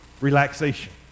relaxation